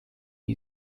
you